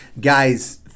guys